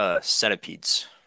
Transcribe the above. centipedes